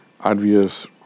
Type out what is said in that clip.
obvious